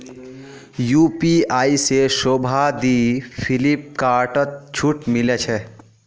UPI से शोभा दी फिलिपकार्टत छूट मिले छे